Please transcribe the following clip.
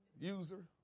User